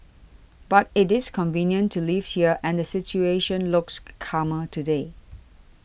but it is convenient to live here and the situation looks calmer today